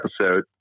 episode